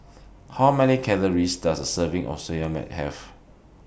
How Many Calories Does A Serving of Soya Milk Have